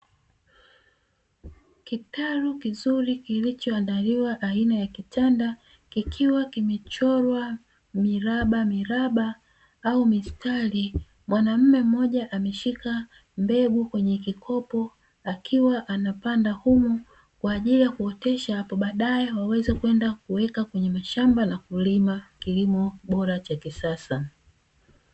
Kitalu kizuri kilichoandaliwa aina ya kitanda, kikiwa kimechorwa mirabamiraba au mistari. Mwanaume mmoja ameshika mbegu kwenye kikopo, akiwa anapanda humo kwa ajili ya kuotesha, hapo baadaye waweze kwenda kuotesha kwenye mashamba na kulima kilimo bora cha kisasa.